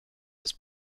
des